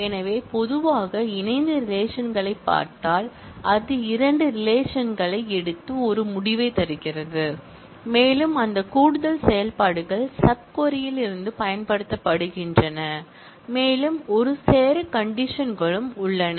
எனவே பொதுவாக இணைந்த ரிலேஷன்களைப் பார்த்தால் அது இரண்டு ரிலேஷன்களை எடுத்து ஒரு முடிவைத் தருகிறது மேலும் அந்த கூடுதல் செயல்பாடுகள் சப் க்வரி ல் இருந்து பயன்படுத்தப்படுகின்றன மேலும் ஒரு சேர கண்டிஷன் களும் உள்ளன